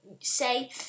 say